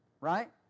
Right